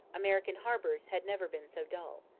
american harbours had never been so dull.